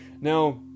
now